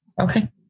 Okay